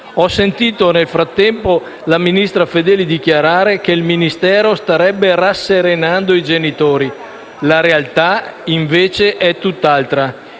Ho sentito nel frattempo la ministra Fedeli dichiarare che il Ministero starebbe rasserenando i genitori. La realtà invece è tutt'altra: